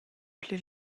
pli